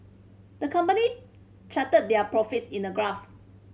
the company charted their profits in a graph